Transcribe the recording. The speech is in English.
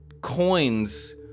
coins